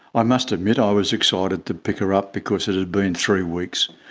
ah must admit i was excited to pick her up because it had been three weeks.